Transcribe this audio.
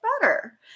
better